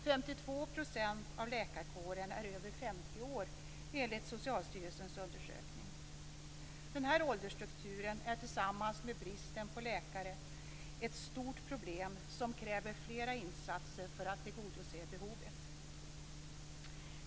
52 % av läkarna i läkarkåren är över 50 år, enligt Socialstyrelsens undersökning. Den här åldersstrukturen är tillsammans med bristen på läkare ett stort problem. Det krävs flera insatser för att man skall kunna tillgodose behovet.